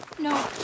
No